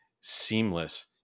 seamless